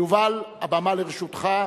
יובל, הבמה לרשותך.